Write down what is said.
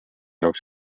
jaoks